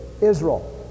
Israel